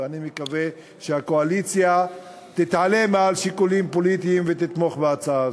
ואני מקווה שהקואליציה תתעלה מעל שיקולים פוליטיים ותתמוך בהצעה הזאת.